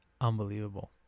Unbelievable